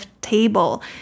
table